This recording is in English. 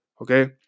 Okay